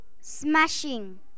Smashing